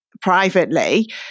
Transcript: privately